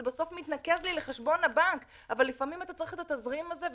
בסוף זה מתנקז לי לחשבון הבנק אבל לפעמים אדם צריך את התזרים הזה,